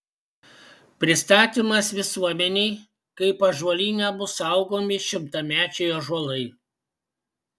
pristatymas visuomenei kaip ąžuolyne bus saugomi šimtamečiai ąžuolai